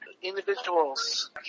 Individuals